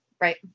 Right